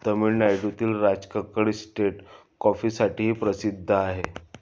तामिळनाडूतील राजकक्कड इस्टेट कॉफीसाठीही प्रसिद्ध आहे